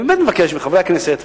אני באמת מבקש מחברי הכנסת,